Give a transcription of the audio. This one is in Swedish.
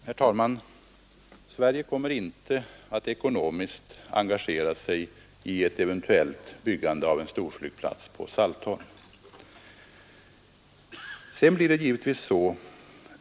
Herr talman! Sverige kommer inte att ekonomiskt engagera sig i ett eventuellt byggande av en storflygplats på Saltholm.